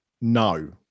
no